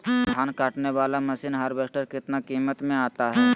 धान कटने बाला मसीन हार्बेस्टार कितना किमत में आता है?